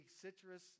citrus